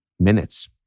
Minutes